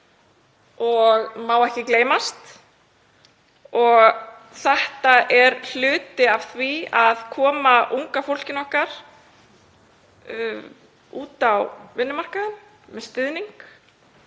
og má ekki gleymast. Þetta er hluti af því að koma unga fólkinu okkar út á vinnumarkaðinn með stuðningi.